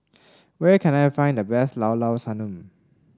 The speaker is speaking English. where can I find the best Llao Llao Sanum